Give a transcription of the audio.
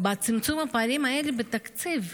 בצמצום הפערים האלה בתקציב.